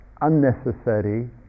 unnecessary